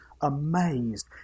amazed